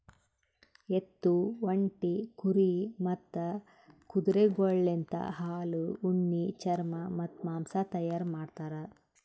ಎತ್ತು, ಒಂಟಿ, ಕುರಿ ಮತ್ತ್ ಕುದುರೆಗೊಳಲಿಂತ್ ಹಾಲು, ಉಣ್ಣಿ, ಚರ್ಮ ಮತ್ತ್ ಮಾಂಸ ತೈಯಾರ್ ಮಾಡ್ತಾರ್